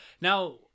Now